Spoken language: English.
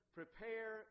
prepare